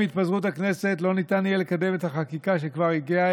עם התפזרות הכנסת לא ניתן יהיה לקדם את החקיקה שכבר הגיעה